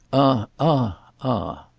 ah, ah, ah!